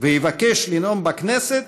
ויבקש לנאום בכנסת,